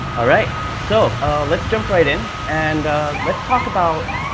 all right, so ah let's jump right in and let's talk about,